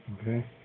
Okay